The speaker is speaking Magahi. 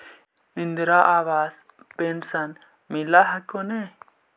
इन्द्रा आवास पेन्शन मिल हको ने?